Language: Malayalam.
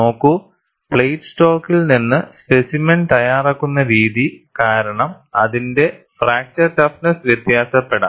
നോക്കൂ പ്ലേറ്റ് സ്റ്റോക്കിൽ നിന്ന് സ്പെസിമെൻ തയ്യാറാക്കുന്ന രീതി കാരണം അതിന്റെ ഫ്രാക്ചർ ടഫ്നെസ്സ് വ്യത്യാസപ്പെടാം